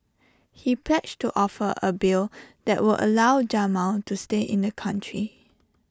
he pledged to offer A bill that would allow Jamal to stay in the country